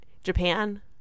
Japan